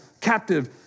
captive